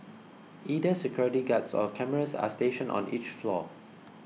either security guards or cameras are stationed on each floor